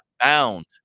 bound